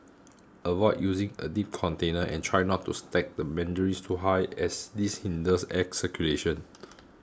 avoid using a deep container and try not to stack the mandarins too high as this hinders air circulation